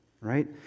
Right